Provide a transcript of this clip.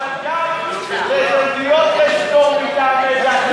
גם לדתיות יש פטור מטעמי דת.